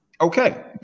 Okay